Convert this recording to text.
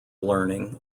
learning